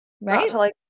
Right